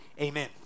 Amen